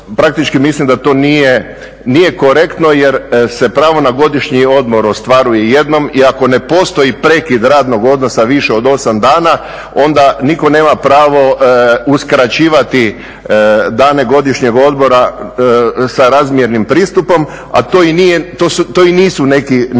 Praktički mislim da to nije korektno jer se pravo na godišnji odmor ostvaruje jednom i ako ne postoji prekid radnog odnosa više od 8 dana onda nitko nema pravo uskraćivati dane godišnjeg odmora sa razmjernim pristupom. A to i nisu neki veliki